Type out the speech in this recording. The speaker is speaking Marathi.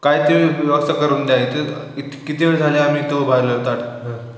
काय ते व्यवस्था करून द्या इथे इथे किती वेळ झाले आम्ही तो उभायलो आहे ताट